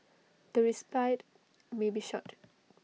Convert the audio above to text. the respite may be short